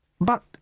But